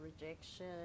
rejection